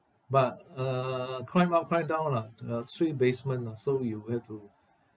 but uh climb up climb down lah uh three basement lah so you have to